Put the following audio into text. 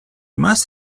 must